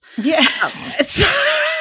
Yes